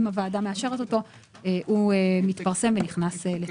הוועדה מאשרת אותו הוא מתפרסם ונכנס לתוקף.